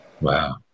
Wow